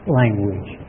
language